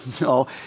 No